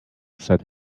said